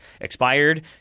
expired